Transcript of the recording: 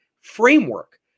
framework